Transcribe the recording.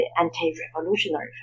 anti-revolutionary